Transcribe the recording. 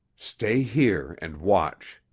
stay here and watch.